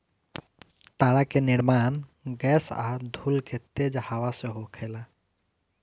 तारा के निर्माण गैस आ धूल के तेज हवा से होखेला